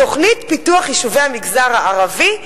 תוכנית פיתוח יישובי המגזר הערבי,